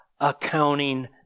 accounting